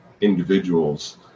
individuals